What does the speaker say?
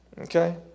Okay